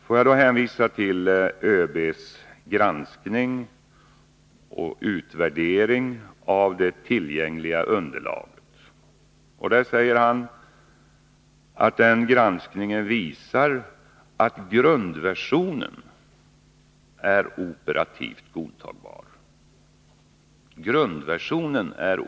Får jag då hänvisa till ÖB:s granskning och utvärdering av det tillgängliga underlaget. Där säger han att granskningen visar att grundversionen är operativt godtagbar.